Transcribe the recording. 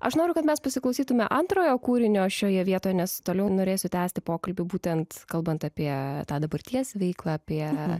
aš noriu kad mes pasiklausytume antrojo kūrinio šioje vietoje nes toliau norėsiu tęsti pokalbį būtent kalbant apie tą dabarties veiklą apie